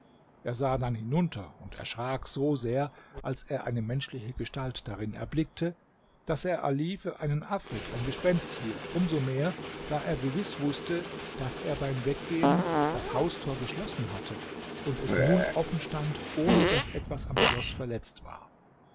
er sah dann hinunter und erschrak so sehr als er eine menschliche gestalt darin erblickte daß er ali für einen afrit gespenst hielt um so mehr da er gewiß wußte daß er beim weggehen das haustor geschlossen hatte und es nun offen stand ohne daß etwas am schloß verletzt war